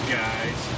guys